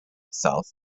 itself